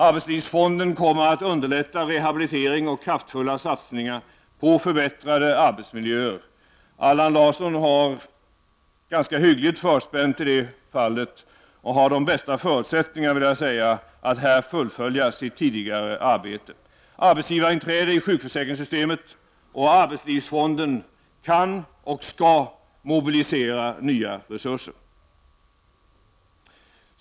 Arbetslivsfonden kommer att underlätta rehabilitering och kraftfulla satsningar på förbättrade arbetsmiljöer. Allan Larsson har det ganska hyggligt förspänt i det fallet, det vill jag säga, och har de bästa förutsättningar att här fullfölja sitt tidigare arbete. Arbetsgivarinträde i sjukförsäkringssystemet och arbetslivsfonden kan och skall mobilisera nya resurser.